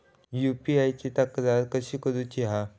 UPI ची तक्रार कशी करुची हा?